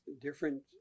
different